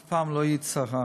אף פעם לא היית שרה,